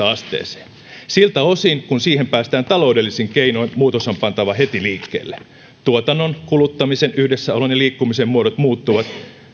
asteeseen siltä osin kuin siihen päästään taloudellisin keinoin muutos on pantava heti liikkeelle tuotannon kuluttamisen yhdessäolon ja liikkumisen muodot muuttuvat